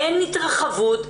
אין התרחבות.